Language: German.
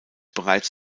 bereits